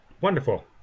wonderful